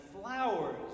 flowers